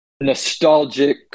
nostalgic